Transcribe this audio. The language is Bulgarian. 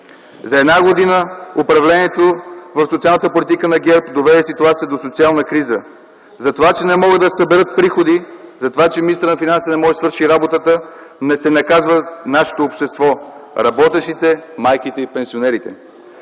За една година управлението в социалната политика на ГЕРБ доведе до социална криза. За това, че не могат да се съберат приходи, за това, че министърът на финансите не може да си свърши работата, се наказва нашето общество – работещите, майките и пенсионерите.